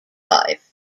life